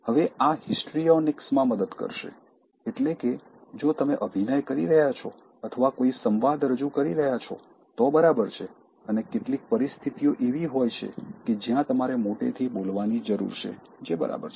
હવે આ હિસ્ટ્રિઓનિક્સમાં મદદ કરશે એટલે કે જો તમે અભિનય કરી રહ્યાં છો અથવા કોઈ સંવાદ રજૂ કરી રહ્યાં છો તો બરાબર છે અને કેટલીક પરિસ્થિતિઓ એવી હોય છે કે જ્યાં તમારે મોટેથી બોલવાની જરૂર છે જે બરાબર છે